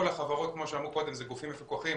החברות כמו שאמרו קודם הם גופים מפוקחים.